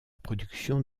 production